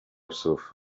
psów